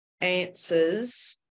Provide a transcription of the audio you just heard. answers